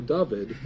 David